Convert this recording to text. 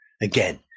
Again